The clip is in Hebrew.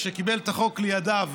כשקיבל את החוק לידיו,